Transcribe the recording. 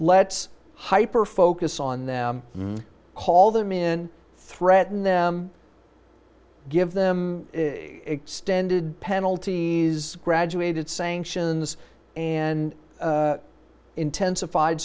let's hyper focus on them call them in threaten them give them extended penalties graduated sanctions and intensified